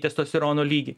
testosterono lygį